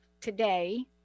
today